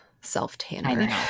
Self-tanner